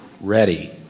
ready